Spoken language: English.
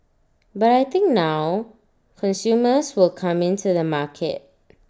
but I think now consumers will come in to the market